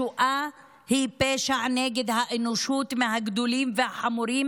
השואה היא פשע נגד האנושות מהגדולים והחמורים